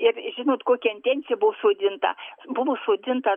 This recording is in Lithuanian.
ir žinot kokia intensija buvo sodinta buvo sodinta